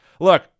Look